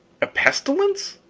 a pestilence?